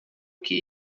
que